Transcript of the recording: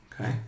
Okay